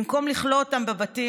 במקום לכלוא אותם בבתים,